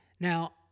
Now